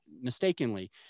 mistakenly